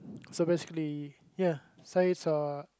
so basically ya Zaid are